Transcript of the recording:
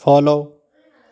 follow